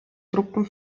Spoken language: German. truppen